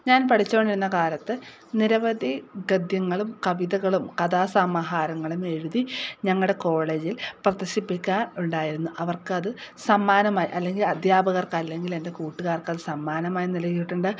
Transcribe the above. ഞാൻ പഠിച്ചുകൊണ്ടിരുന്ന കാലത്ത് നിരവധി ഗദ്യങ്ങളും കവിതകളും കഥാസമാഹാരങ്ങളും എഴുതി ഞങ്ങളുടെ കോളേജിൽ പ്രദർശിപ്പിക്കാറുണ്ടായിരുന്നു അവർക്കത് സമ്മാനമായി അല്ലെങ്കിൽ അധ്യാപകർക്ക് അല്ലെങ്കിൽ എന്റെ കൂട്ടുകാർക്ക് അത് സമ്മാനമായി നല്കിയിട്ടുണ്ട്